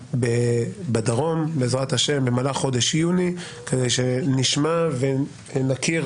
בדרום בעזרת השם במהלך חודש יוני כדי שנשמע ונכיר